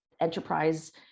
enterprise